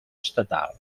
estatal